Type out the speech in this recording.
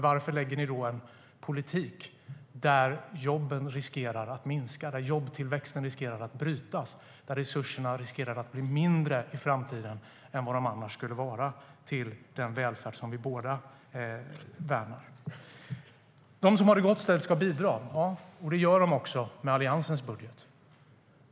Varför lägger ni då fram en politik där jobben riskerar att minska, där jobbtillväxten riskerar att brytas och där resurserna riskerar att bli mindre i framtiden än vad de annars skulle vara till den välfärd som vi båda värnar? De som har det gott ställt ska bidra. Ja, och det gör de också med Alliansens budget.